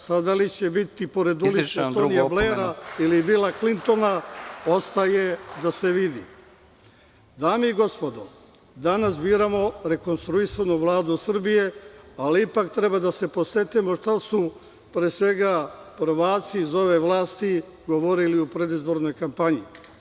Sad, da li će biti pored ulice Tonije Blara, ili Bila Klintona, ostaje da se vidi. (Predsednik: Izričem vam drugu opomenu.) Dame i gospodo, danas biramo rekonstruisanu Vladu Srbije, ali ipak treba da se podsetimo šta su, pre svega, prvaci iz ove vlasti govorili u predizbornoj kampanji.